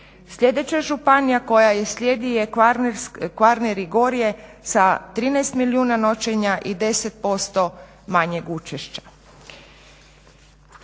Sljedeća županija koja je slijedi je Kvarner i gorje sa 13 milijuna noćenja i 10% manjeg učešća.